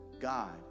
God